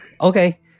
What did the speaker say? Okay